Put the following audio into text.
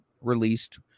released